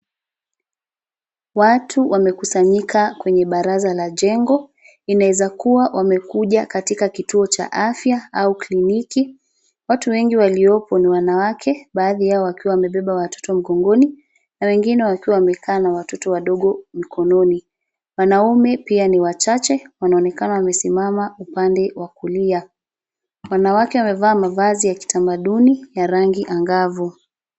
Watu wamekusanyika kwenye baraza la jengo. Inaeza kuwa wamekuja katika kituo cha afya au kliniki. Watu wengi waliopo ni wanawake, baadhi yao wakiwa wamebeba watoto mgongoni, na wengine wakiwa wameka na watoto wadogo mikononi. Wanaume pia ni wachache, wanaonekana wamesisimama upande wa kulia. Wanawake wameva mavazi ya kitamaduni ya rangi angavu.